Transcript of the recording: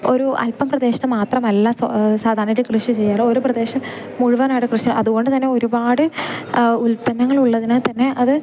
ഒരു അൽപം പ്രദേശത്ത് മാത്രമല്ല സോ സാധാരണായിട്ട് കൃഷി ചെയ്യാറ് ഒരു പ്രദേശം മുഴുവനായിട്ട് കൃഷി അതുകൊണ്ട് തന്നെ ഒരുപാട് ഉൽപ്പന്നങ്ങൾ ഉള്ളതിനാൽ തന്നെ അത്